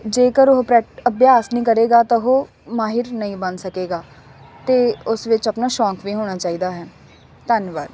ਜੇਕਰ ਉਹ ਪ੍ਰੈ ਅਭਿਆਸ ਨਹੀਂ ਕਰੇਗਾ ਤਾਂ ਉਹ ਮਾਹਰ ਨਹੀਂ ਬਣ ਸਕੇਗਾ ਅਤੇ ਉਸ ਵਿੱਚ ਆਪਣਾ ਸ਼ੌਕ ਵੀ ਹੋਣਾ ਚਾਹੀਦਾ ਹੈ ਧੰਨਵਾਦ